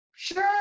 Sure